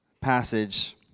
passage